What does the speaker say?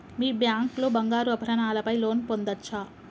మీ bank లో బంగారు ఆభరణాల పై లోన్ పొందచ్చా?